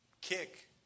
kick